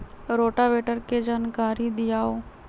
Rotavator के जानकारी दिआउ?